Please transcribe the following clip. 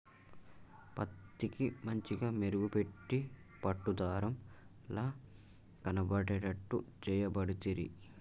పత్తికి మంచిగ మెరుగు పెట్టి పట్టు దారం ల కనబడేట్టు చేయబడితిరి